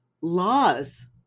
laws